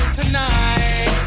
tonight